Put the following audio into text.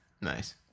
Nice